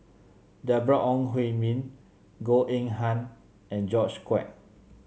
Deborah Ong Hui Min Goh Eng Han and George Quek